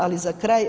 Ali za kraj.